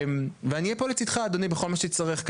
ואני אהיה פה לצידך אדוני בכל מה שתצטרך,